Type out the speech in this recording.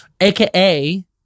aka